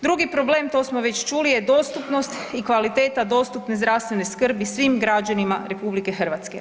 Drugi problem to smo već čuli je dostupnost i kvaliteta dostupne zdravstvene skrbi svim građanima RH.